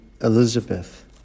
Elizabeth